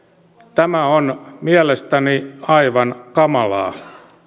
tämä on mielestäni aivan kamalaa